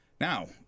Now